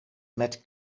met